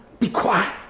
be quiet,